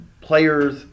players